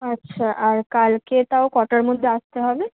আচ্ছা আর কালকে তাও কটার মধ্যে আসতে হবে